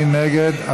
מי נגד?